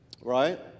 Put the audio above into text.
Right